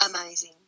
amazing